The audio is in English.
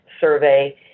Survey